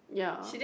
ya